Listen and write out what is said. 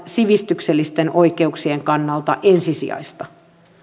sivistyksellisten oikeuksien kannalta ensisijaista